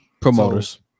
promoters